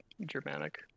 Germanic